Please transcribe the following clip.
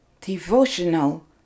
Devotional